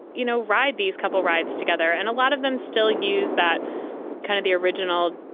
you know, ride these couple rides together. and a lot of them still use that kind of the original.